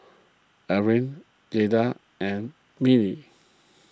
Laraine Jayda and Neely